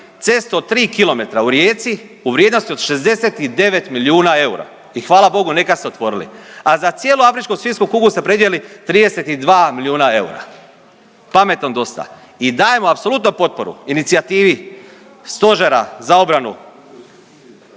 u Rijeci u vrijednosti od 69 milijuna eura i hvala bogu neka ste otvorili, a za cijelu afričku svinjsku kugu ste predvidjeli 32 milijuna eura. Pametnom dosta! I dajemo apsolutno potporu inicijativi Stožera za obranu